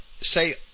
say